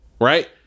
Right